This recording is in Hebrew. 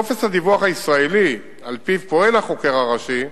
בטופס הדיווח הישראלי, על-פיו פועל החוקר הראשי,